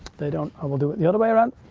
they don't, i will do it the other way around.